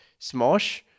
Smosh